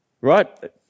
Right